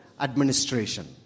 administration